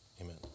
Amen